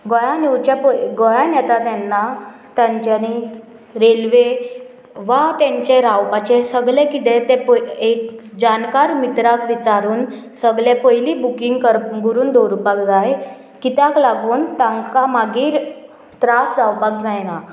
गोंयान येवच्या पय गोंयान येता तेन्ना तांच्यानी रेल्वे वा तेंचे रावपाचें सगले कितें ते एक जानकार मित्राक विचारून सगळे पयली बुकींग करून दवरुपाक जाय कित्याक लागून तांकां मागीर त्रास जावपाक जायना